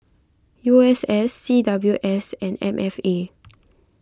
U S S C W S and M F A